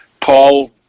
Paul